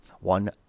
One